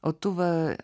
o tu va